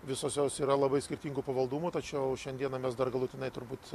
visos jos yra labai skirtingų pavaldumų tačiau šiandieną mes dar galutinai turbūt